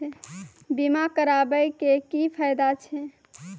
बीमा कराबै के की फायदा छै?